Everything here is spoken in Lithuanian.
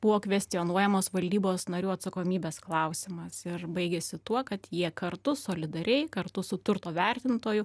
buvo kvestionuojamas valdybos narių atsakomybės klausimas ir baigėsi tuo kad jie kartu solidariai kartu su turto vertintoju